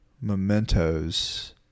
mementos